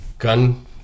gun